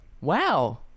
Wow